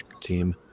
team